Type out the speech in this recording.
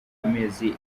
amezi